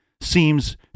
seems